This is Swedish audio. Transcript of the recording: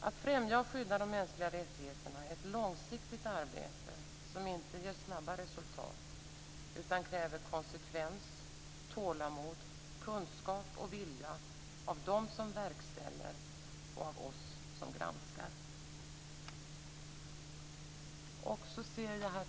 Att främja och skydda de mänskliga rättigheterna är ett långsiktigt arbete som inte ger snabba resultat utan kräver konsekvens, tålamod, kunskap och vilja av dem som verkställer och av oss som granskar. Herr talman!